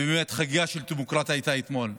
ובאמת חגיגה של דמוקרטיה הייתה אתמול.